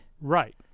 Right